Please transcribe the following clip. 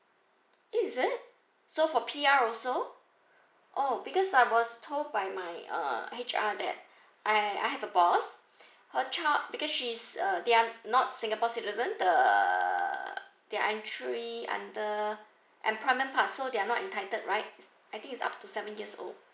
is it so for P_R also oh because I was told by my uh H_R that I I have a boss her child because she's uh they are not singapore citizen the they are treat under employment part so they are not entitled right is I think is up to seven years old